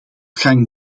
gang